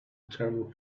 terrible